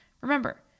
remember